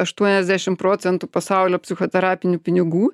aštuoniasdešimt procentų pasaulio psichoterapinių pinigų